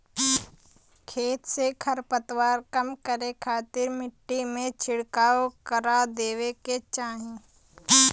खेत से खरपतवार कम करे खातिर मट्टी में छिड़काव करवा देवे के चाही